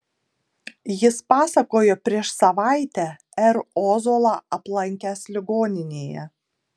jis pasakojo prieš savaitę r ozolą aplankęs ligoninėje